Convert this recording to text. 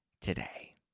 today